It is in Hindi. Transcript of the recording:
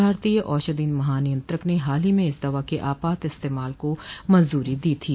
भारतीय औषधि महानियंत्रक ने हाल ही में इस दवा के आपात इस्तेमाल की मंजूरी दी थी